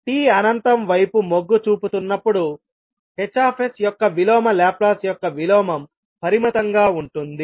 t అనంతం వైపు మొగ్గుచూపుతున్నప్పుడు H యొక్క విలోమ లాప్లాస్ యొక్క విలోమం పరిమితంగా ఉంటుంది